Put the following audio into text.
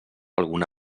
alguna